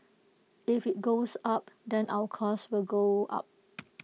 if IT goes up then our cost will go up